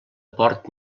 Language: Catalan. port